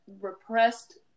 repressed